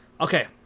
Okay